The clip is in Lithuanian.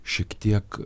šiek tiek